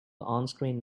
onscreen